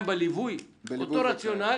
בליווי, אותו רציונל